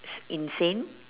insane